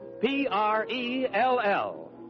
P-R-E-L-L